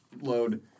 load